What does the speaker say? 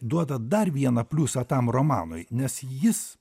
duoda dar vieną pliusą tam romanui nes jis